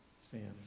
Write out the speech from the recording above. sam